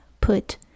Put